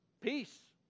Peace